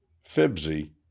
Fibsy